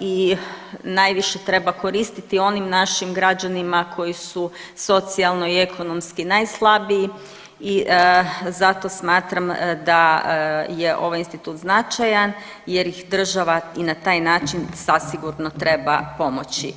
i najviše treba koristiti onim našim građanima koji su socijalno i ekonomski najslabiji i zato smatram da je ovaj institut značajan jer ih država i na taj način zasigurno treba pomoći.